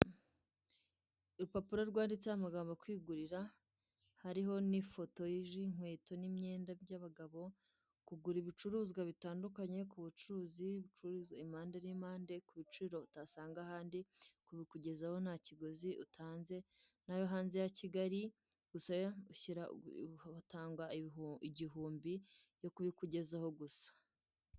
Urupapuro rwanditse amagambo kwigurira hariho n'ifoto y'inkweto n'imyenda by'abagabo kugura ibicuruzwa bitandukanye ku ibicuruzwa bitandukanye k'ubucuruzi bucuruza impande n'impande ku ibiciro utasanga ahandi kubikugezaho ntakiguzi utanze naho hanze ya Kigali utanga igihumbi yo kubikugezaho gusa.